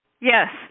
Yes